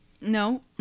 No